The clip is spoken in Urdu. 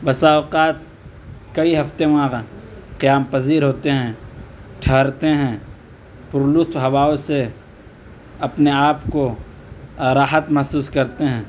بسا اوقات کئی ہفتے وہاں قیام پذیر ہوتے ہیں ٹھہرتے ہیں پرلطف ہواؤں سے اپنے آپ کو راحت محسوس کرتے ہیں